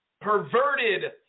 perverted